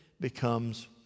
becomes